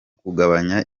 kugabanya